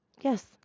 Yes